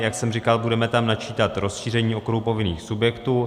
Jak jsem říkal, budeme tam načítat rozšíření okruhu povinných subjektů.